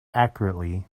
accurately